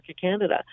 Canada